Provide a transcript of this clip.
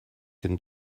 can